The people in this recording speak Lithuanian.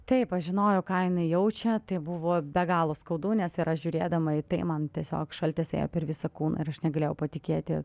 taip aš žinojau ką jinai jaučia tai buvo be galo skaudu nes ir aš žiūrėdama į tai man tiesiog šaltis ėjo per visą kūną ir aš negalėjau patikėti